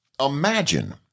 imagine